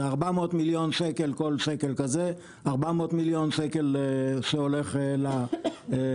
זה 400,000,000, כל שקל כזה, שהולכים לקמעונאים.